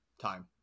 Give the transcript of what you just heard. Time